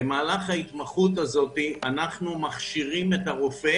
במהלך התקופה הזו אנחנו מכשירים את הרופא